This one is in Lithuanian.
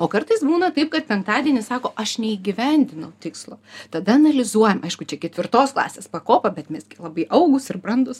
o kartais būna taip kad penktadienį sako aš neįgyvendinau tikslo tada analizuojam aišku čia ketvirtos klasės pakopa bet mes gi labai augūs ir brandūs